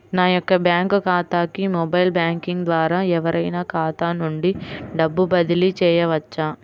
నా యొక్క బ్యాంక్ ఖాతాకి మొబైల్ బ్యాంకింగ్ ద్వారా ఎవరైనా ఖాతా నుండి డబ్బు బదిలీ చేయవచ్చా?